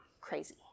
crazy